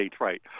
right